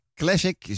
classic